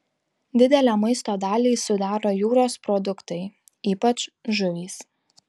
didelę maisto dalį sudaro jūros produktai ypač žuvys